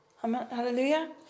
Hallelujah